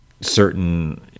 certain